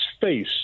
face